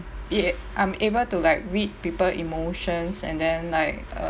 it I'm able to like read people emotions and then like